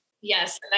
Yes